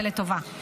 ולטובה.